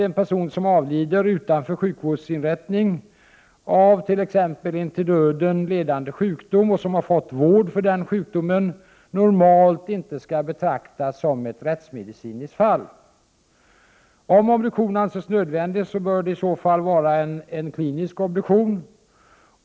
En person som avlider utanför sjukvårdsinrättning av t.ex. en till döden ledande sjukdom och som har fått vård för denna sjukdom bör normalt inte betraktas som ett rättsmedicinskt fall. Om obduktion i så fall anses nödvändigt bör det vara en klinisk obduktion.